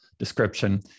description